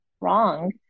wrong